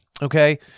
Okay